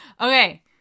Okay